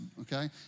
Okay